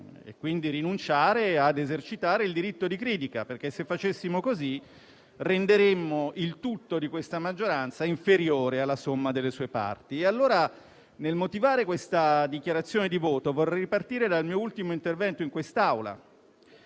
e, quindi, rinunciare a esercitare il diritto di critica. Infatti, se facessimo così, renderemmo il tutto di questa maggioranza inferiore alla somma delle sue parti. Nel motivare la mia dichiarazione di voto, vorrei muovere dal mio ultimo intervento in quest'Aula.